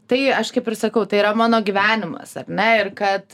tai aš kaip ir sakau tai yra mano gyvenimas ar ne ir kad